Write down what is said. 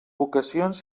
vocacions